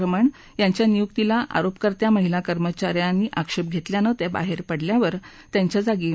रमण यांच्या नियुक्तीला आरोपकर्त्या महिला कर्मचाऱ्यानं आक्षर घेतल्यानं तखिहर पेडल्यावर त्यांच्याजागी न्या